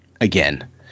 again